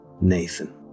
Nathan